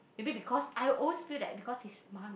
maybe because I always feel that because his mum